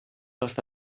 està